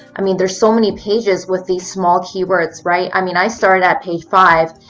i mean there's so many pages with these small keywords, right? i mean i started at page five,